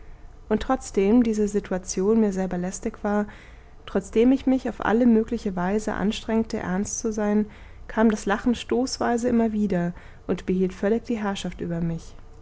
und trotzdem diese situation mir selber lästig war trotzdem ich mich auf alle mögliche weise anstrengte ernst zu sein kam das lachen stoßweise immer wieder und behielt völlig die herrschaft über mich